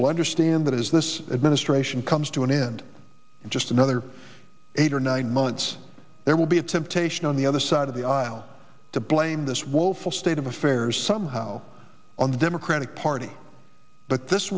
will understand that is this administration comes to an end just another eight or nine months there will be a temptation on the other side of the aisle to blame this woeful state of affairs somehow on the democratic party but this